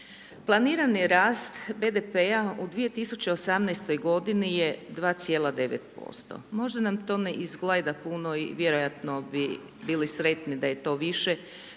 Planirani rast BDP-a u 2018. g. je 2,9%. Možda nam to ne izgleda puno i vjerojatno bi bili sretni da je to više,